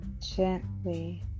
gently